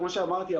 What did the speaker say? כמו שאמרתי,